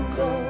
go